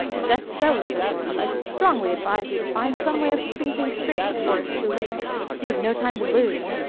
if that's so, said horace, i should strongly advise you to find some way of putting things straight before it's too late you've no time to lose.